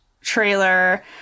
trailer